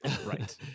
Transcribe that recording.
Right